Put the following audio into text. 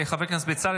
חבר כנסת בצלאל,